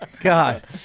God